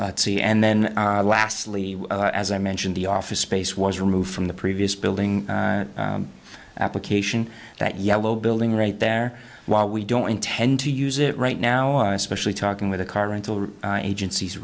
c and then lastly as i mentioned the office space was removed from the previous building application that yellow building right there while we don't intend to use it right now especially talking with a car rental agencies